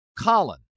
Colin